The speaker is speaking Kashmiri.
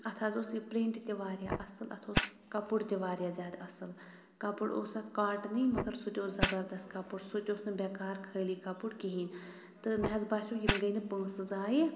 اَتھ حظ اوس یہِ پِرٛیٚنٛٹ تہِ واریاہ اَصٕل اَتھ اوس کَپُر تہِ واریاہ زیادٕ اَصٕل کَپُر اوس اَتھ کاٹنٕے مگر سُہ تہِ اوس زَبردَست کَپُر سُہ تہِ اوس نہٕ بیٚکار خٲلی کَپُر کِہیٖنۍ تہٕ مےٚ حظ باسیٚو یِم گٔیٚے نہٕ پونٛسہٕ زایہِ